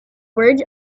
words